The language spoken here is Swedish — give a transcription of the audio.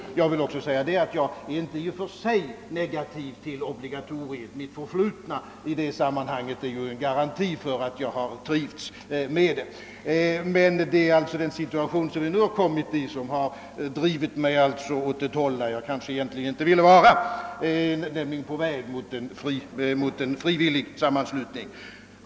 Jag är i och för sig inte negativt inställd till obligatoriet i det förflutna. Ett bevis härför är ju att jag trivts med det. Men det är den situation vi nu kommit in i som drivit mig åt ett håll som jag kanske egentligen inte önskar, nämligen mot en frivillig sammanslutning.